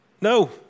No